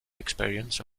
experience